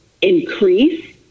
increase